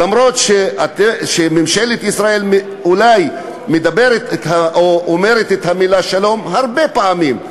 אף-על-פי שממשלת ישראל אולי מדברת או אומרת את המילה "שלום" הרבה פעמים,